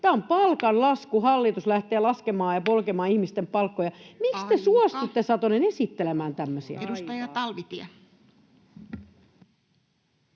Tämä on palkanlasku, hallitus lähtee laskemaan ja polkemaan ihmisten palkkoja. [Puhemies: Aika!] Miksi te suostutte, Satonen, esittelemään tämmöisiä?